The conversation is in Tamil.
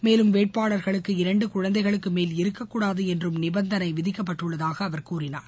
மேலும் வேட்பாளர்களுக்கு இரண்டு குழந்தைகளுக்கு மேல் இருக்கக்கூடாது என்றும் நிபந்தனை விதிக்கப்பட்டுள்ளதாக அவர் கூறினார்